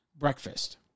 Breakfast